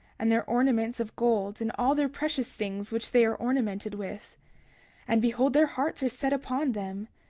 and their ornaments of gold, and all their precious things which they are ornamented with and behold, their hearts are set upon them,